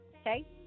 Okay